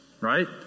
right